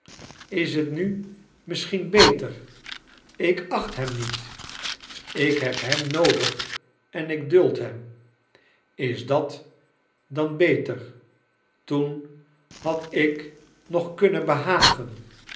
is het nu misschien beter ik acht hem niet ik heb hem noodig en ik duld hem is dat dan beter toen had ik nog kunnen behagen